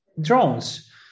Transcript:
drones